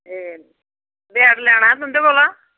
एह् बैट लैना हा तुंदे कोला